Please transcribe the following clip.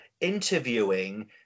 interviewing